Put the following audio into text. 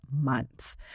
month